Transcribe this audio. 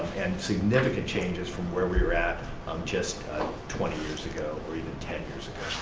and significant changes from where we were at um just twenty years ago or even ten years